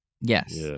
Yes